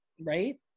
Right